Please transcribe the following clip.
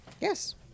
yes